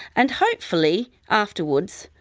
and hopefully, afterwards,